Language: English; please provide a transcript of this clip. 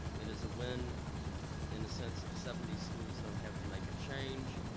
it is a win in the sense of seventy schools don't have to make a change,